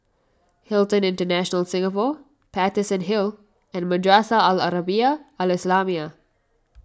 Hilton International Singapore Paterson Hill and Madrasah Al Arabiah Al Islamiah